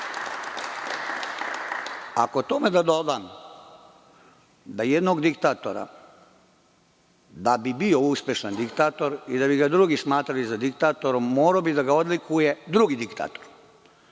Ako tome dodam da jednog diktatora, da bi bio uspešan diktator i da bi ga drugi smatrali za diktatora morao bi da ga odlikuje drugi diktator.